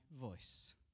voice